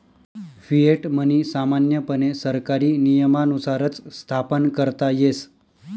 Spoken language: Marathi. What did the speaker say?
फिएट मनी सामान्यपणे सरकारी नियमानुसारच स्थापन करता येस